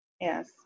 yes